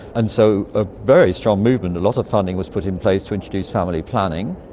and so a very strong movement. a lot of funding was put in place to introduce family planning,